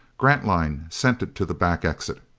grantline sent it to the back exit.